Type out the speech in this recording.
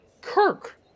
Kirk